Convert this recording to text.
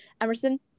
Emerson